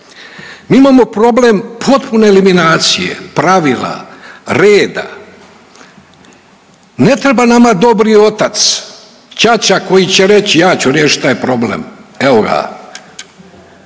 Mi imamo problem potpune eliminacije, pravila, reda ne treba nama dobri otac, ćaća koji će reć ja ću riješit taj problem, evoga.